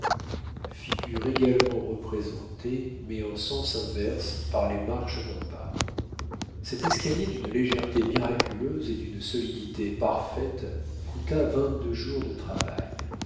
figure également représentée mais en sens inverse par les marches d'en bas cet escalier d'une légèreté miraculeuse et d'une solidité parfaite coûta vingt-deux jours de travail